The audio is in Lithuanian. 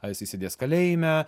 ar jisai sėdės kalėjime